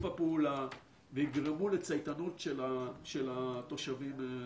הפעולה ויגרמו לצייתנות של התושבים לחוק.